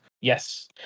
Yes